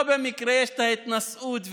לא במקרה יש ההתנשאות,